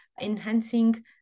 enhancing